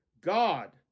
God